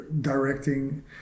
directing